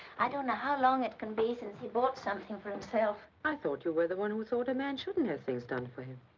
i don't know how long it can be since he bought something for himself. i thought you were the one who thought a man shouldn't have things done for him.